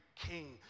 king